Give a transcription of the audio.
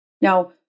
Now